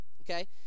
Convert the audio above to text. okay